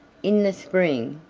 in the spring,